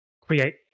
create